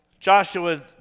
Joshua